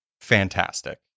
fantastic